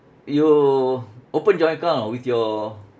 you open joint account with your